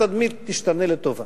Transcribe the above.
התדמית תשתנה לטובה.